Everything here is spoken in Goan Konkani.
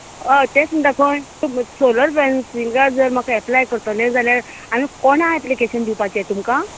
हय तेंच म्हण्टा खंय सोलर फॅंनसिंगा जर म्हाका ऍपलाय करतले जाल्यार आमी कोणा ऍपलिकेशन दिवपाचे तुमकां